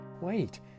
wait